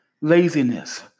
laziness